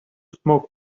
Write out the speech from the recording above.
smoke